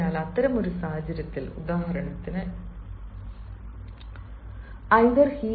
അതിനാൽ അത്തരമൊരു സാഹചര്യത്തിൽ ഉദാഹരണത്തിന് either he or I to blame now what will be their